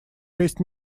шесть